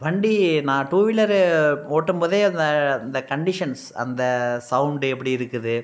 வண்டி நான் two wheeler ஓட்டும் போதே அந்த அந்த கண்டீஷன்ஸ் அந்த சௌண்டு எப்படி இருக்குது